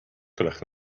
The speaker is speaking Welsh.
gwelwch